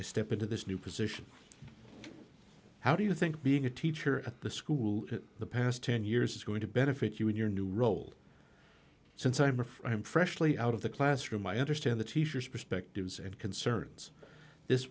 i step into this new position how do you think being a teacher at the school in the past ten years is going to benefit you in your new role since i've been freshly out of the classroom i understand the teacher's perspectives and concerns this